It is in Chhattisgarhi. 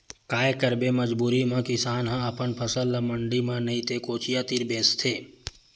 काये करबे मजबूरी म किसान ह अपन फसल ल मंडी म नइ ते कोचिया तीर बेचथे